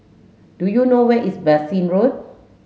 do you know where is Bassein Road